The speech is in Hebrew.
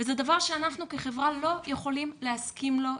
וזה דבר שאנחנו כחברה לא יכולים להסכים לו יותר.